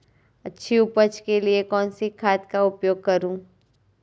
अच्छी उपज के लिए कौनसी खाद का उपयोग करूं?